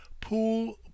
Pool